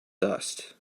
dust